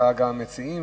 והצעת המציעים,